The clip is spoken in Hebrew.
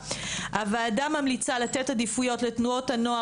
3. הוועדה ממליצה לתת עדיפות לתנועות הנוער